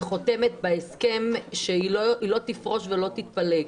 חותמת על הסכם שהיא לא תפרוש ולא תתפלג?